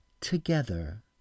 together